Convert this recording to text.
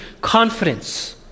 Confidence